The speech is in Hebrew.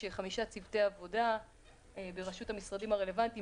יש חמישה צוותי עבודה בראשות המשרדים הרלוונטיים,